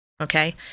Okay